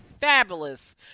fabulous